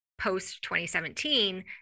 post-2017